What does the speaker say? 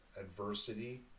adversity